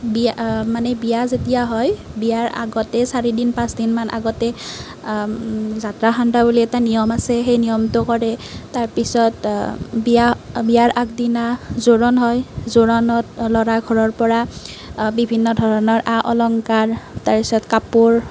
বিয়া মানে বিয়া যেতিয়া হয় বিয়াৰ আগতে চাৰি দিন পাঁচ দিন মানৰ আগতে যাত্ৰা সান্তা বুলি এটা নিয়ম সেই নিয়মটো কৰে তাৰ পিছত বিয়া বিয়াৰ আগদিনা জোৰোণ হয় জোৰোণত ল'ৰাৰ ঘৰৰ পৰা বিভিন্ন ধৰণৰ আ অলংকাৰ তাৰ পিছত কাপোৰ